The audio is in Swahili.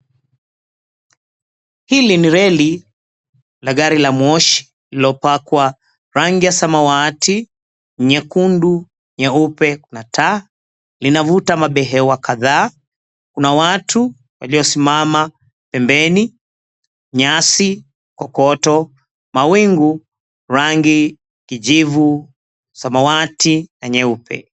Hili ni reli la gari la moshi lililopakwa rangi ya samawati, nyekundu, nyeupe na taa. Linavuta mabehewa kadhaa, kuna watu waliosimama pembeni, nyasi, kokoto, mawingu rangi kijivu, samawati na nyeupe.